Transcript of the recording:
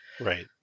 Right